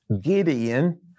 Gideon